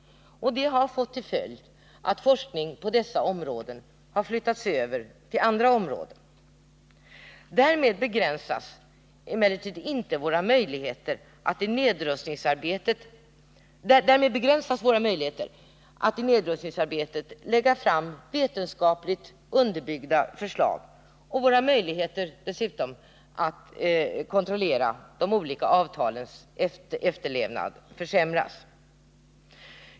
Det har fått till följd att forskning på dessa områden har flyttats över till andra områden. Därmed begränsas emellertid våra möjligheter att i nedrustningsarbetet lägga fram vetenskapligt underbyggda förslag, och dessutom försämras våra möjligheter att kontrollera avtalens efterlevnad.